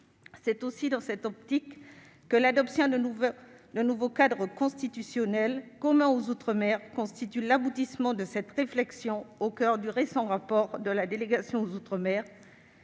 C'est aussi dans cette optique que l'adoption d'un nouveau cadre constitutionnel commun aux outre-mer constitue l'aboutissement de la réflexion menée au coeur du récent rapport de la délégation, intitulé.